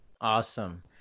Awesome